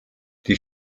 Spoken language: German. die